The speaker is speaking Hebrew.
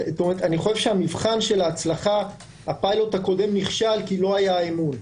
אני חושב שהפילוט הקודם נכשל כי לא היה אמון.